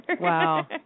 Wow